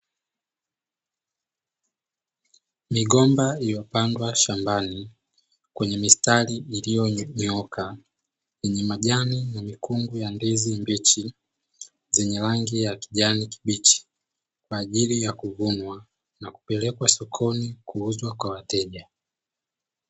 Migomba iliyopandwa shambani kwenye mistari iliyonyooka yenye majani na mikungu ya ndizi mbichi zenye rangi ya kijani kibichi, kwaajili ya kuvunwa na kupelekwa sokoni kwaajili ya kuuzwa kwa wateja.